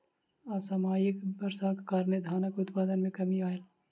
असामयिक वर्षाक कारणें धानक उत्पादन मे कमी आयल